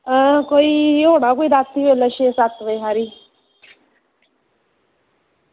हां कोई होना कोई रातीं बेल्लै छे सत्त बजे हारी